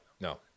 no